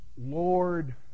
Lord